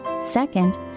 Second